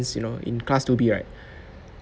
because you know in class two B right